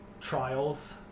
Trials